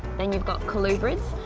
then you've got colubrids.